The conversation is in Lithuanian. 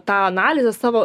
tą analizę savo